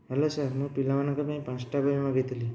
hello sir ମୁଁ ପିଲାମାନଙ୍କ ପାଇଁ ପାଞ୍ଚଟା ବହି ମଗେଇଥିଲି